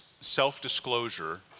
self-disclosure